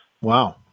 Wow